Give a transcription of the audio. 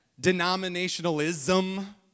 Denominationalism